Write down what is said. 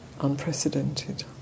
unprecedented